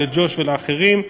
לג'וש ולאחרים,